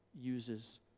uses